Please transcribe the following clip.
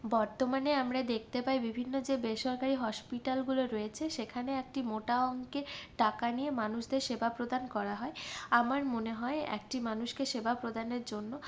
বর্তমানে আমরা দেখতে পাই বিভিন্ন যে বেসরকারি হসপিটালগুলো রয়েছে সেখানে একটি মোটা অংকে টাকা নিয়ে মানুষদের সেবা প্রদান করা হয় আমার মনে হয় একটি মানুষকে সেবা প্রদানের জন্য